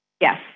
Yes